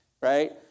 right